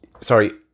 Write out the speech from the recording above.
sorry